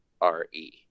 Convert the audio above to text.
R-E